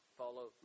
follow